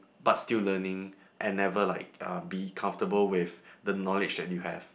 but still learning and never like uh be comfortable with the knowledge that you have